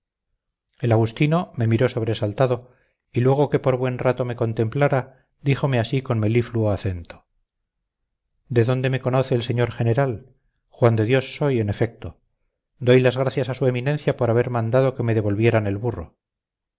el agustino me miró sobresaltado y luego que por buen rato me contemplara díjome así con melifluo acento de dónde me conoce el señor general juan de dios soy en efecto doy las gracias a su eminencia por haber mandado que me devolvieran el burro